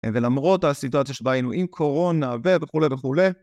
ולמרות הסיטאציה שבה היינו עם קורונה ו... וכו' וכו'